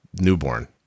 newborn